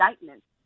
indictments